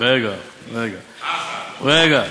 רגע, רגע.